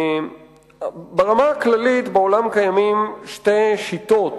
ברמה הכללית, בעולם קיימות שתי שיטות